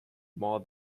more